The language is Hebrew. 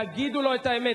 תגידו לו את האמת,